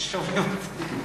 שומעים אותי.